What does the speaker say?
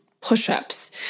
push-ups